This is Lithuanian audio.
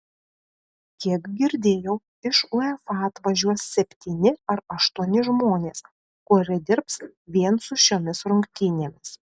kiek girdėjau iš uefa atvažiuos septyni ar aštuoni žmonės kurie dirbs vien su šiomis rungtynėmis